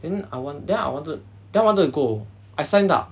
then I want then I wanted then I wanted to go I signed up